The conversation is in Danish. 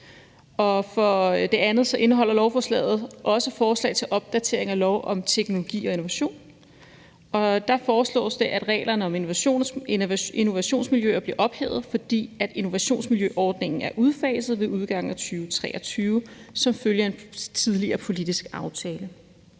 formål. Så indeholder lovforslaget også forslag til opdatering af lov om teknologi og innovation. Der foreslås det, at reglerne om innovationsmiljøer bliver ophævet, fordi innovationsmiljøordningen er udfaset ved udgangen af 2023 som følge af en tidligere politisk aftale.